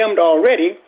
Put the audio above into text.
already